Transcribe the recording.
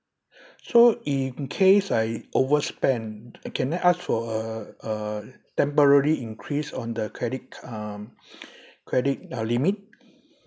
so in case I overspend can I ask for a a temporary increase on the credit um credit uh limit